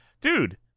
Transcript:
Dude